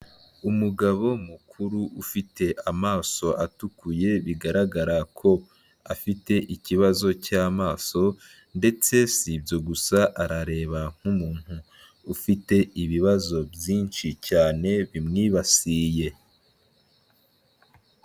Umugabo mukuru ufite amaso atukuye bigaragara ko afite ikibazo cy'amaso ndetse si ibyo gusa, arareba nk'umuntu ufite ibibazo byinshi cyane bimwibasiye.